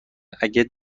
اگه